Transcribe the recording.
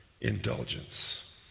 indulgence